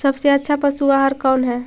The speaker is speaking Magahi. सबसे अच्छा पशु आहार कौन है?